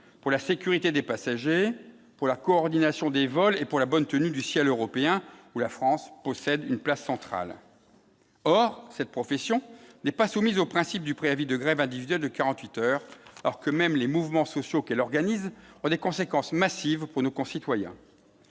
pour la sécurité des passagers pour la coordination des vols et pour la bonne tenue du ciel européen où la France possède une place centrale, or cette profession n'est pas soumise au principe du préavis de grève individuel de 48 heures alors que même les mouvements sociaux qu'elle organise on des conséquences massive pour nos concitoyens,